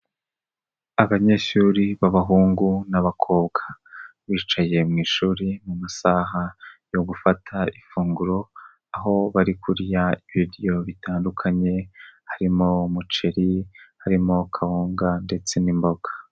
Abanyeshuri b'abahungu n'abakobwa, bicaye mu ishuri mu masaha yo gufata ifunguro, aho bari kurya ibiryo bitandukanye harimo umuceri, harimo kawunga ndetse n'imboga.